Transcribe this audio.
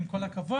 עם כל הכבוד.